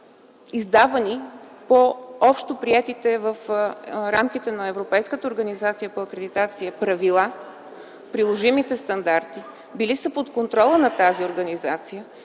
издавани по общоприетите в рамките на Европейската организация за акредитация (ЕА) правила, приложимите стандарти, били са под контрола на тази организация,